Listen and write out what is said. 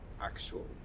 actual